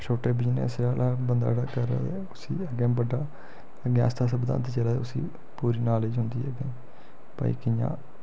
छोटे बिजनेस आह्ला बंदा जेह्ड़ा करग उसी अग्गें बड्डा अग्गें आस्ता आस्ता बधांदे चलै उसी पूरी नालेज होंदी एह्दी भाई कियां